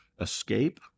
escape